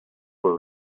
were